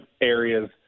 areas